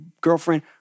girlfriend